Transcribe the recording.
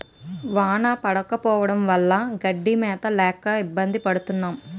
వాన పడకపోవడం వల్ల గడ్డి మేత లేక ఇబ్బంది పడతన్నావు